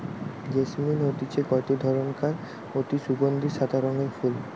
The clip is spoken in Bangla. জেসমিন হতিছে গটে ধরণকার অতি সুগন্ধি সাদা রঙের ফুল